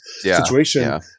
situation